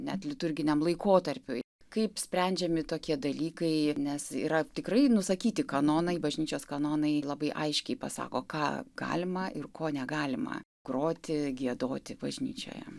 net liturginiam laikotarpiui kaip sprendžiami tokie dalykai nes yra tikrai nusakyti kanonai bažnyčios kanonai labai aiškiai pasako ką galima ir ko negalima groti giedoti bažnyčioje